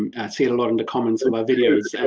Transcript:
i see it a lot in the comments of my videos.